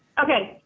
okay,